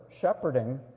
shepherding